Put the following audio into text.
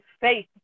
faith